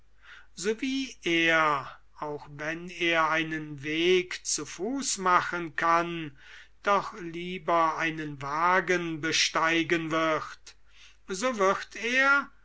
so wie er auch wenn er einen weg zu fuß machen kann doch lieber einen wagen besteigen wird so wird er